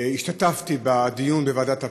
השתתפתי בדיון בוועדת הפנים,